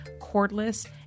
cordless